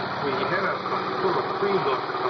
we had ah ah sort of a pre-look